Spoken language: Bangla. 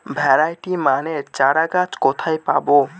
ভ্যারাইটি মানের চারাগাছ কোথায় পাবো?